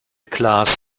klaas